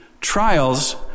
Trials